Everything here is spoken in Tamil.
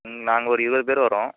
உம் நாங்கள் ஒரு இருபது பேர் வர்றோம்